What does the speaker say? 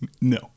No